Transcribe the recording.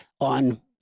on